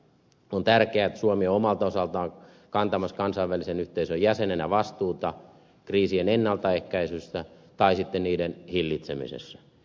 on tärkeää että suomi on omalta osaltaan kantamassa kansainvälisen yhteisön jäsenenä vastuuta kriisien ennaltaehkäisystä tai sitten niiden hillitsemisestä